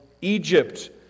Egypt